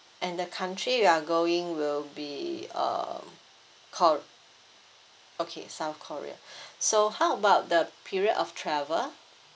and the country you are going will be um kor~ okay south korea so how about the period of travel